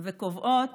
וקובעות